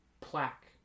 plaque